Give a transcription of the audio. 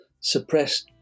suppressed